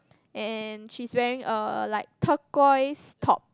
and she's wearing a like turquoise top